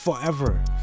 Forever